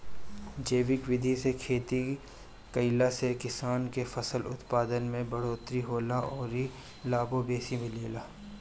जैविक विधि से खेती कईला से किसान के फसल उत्पादन में बढ़ोतरी होला अउरी लाभो बेसी मिलेला